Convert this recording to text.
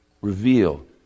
Reveal